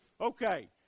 Okay